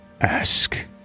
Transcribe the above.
Ask